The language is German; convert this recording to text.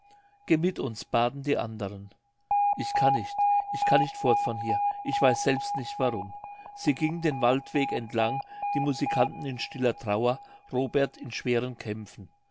geh mit uns baten die anderen ich kann nicht ich kann nicht fort von hier ich weiß selbst nicht warum sie gingen den waldweg entlang die musikanten in stiller trauer robert in schweren kämpfen